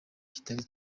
kitari